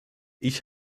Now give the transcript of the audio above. ich